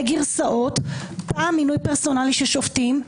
גרסאות: פעם מינוי פרסונלי של שופטים,